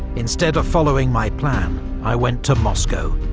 instead of following my plan i went to moscow.